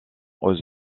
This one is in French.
aux